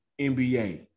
NBA